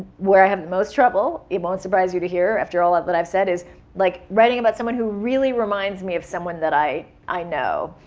where i have the most trouble, it won't surprise you to hear after all that i've said is like writing about someone who really reminds me of someone that i i know.